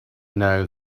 know